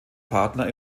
partner